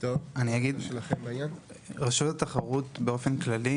מההיכרות שלנו, רשות התחרות באופן כללי